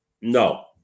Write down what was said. No